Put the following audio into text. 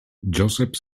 joseph